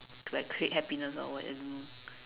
like create happiness or what I don't know